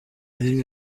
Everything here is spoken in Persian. میریم